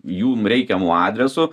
jum reikiamu adresu